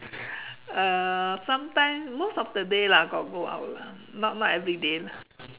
uh sometimes most of the day lah got go out lah not not everyday